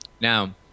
Now